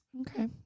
Okay